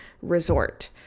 resort